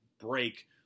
break